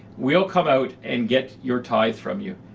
we'll come out and get your tithe from you.